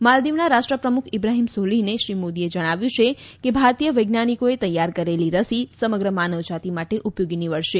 માલદીવના રાષ્ટ્રપ્રમુખ ઇબ્રાહીમ સોલીહને શ્રી મોદીએ જણાવ્યું છે કે ભારતીય વૈજ્ઞાનીકોએ તૈયાર કરેલી રસી સમગ્ર માનવજાતી માટે ઉપયોગી નીવડશે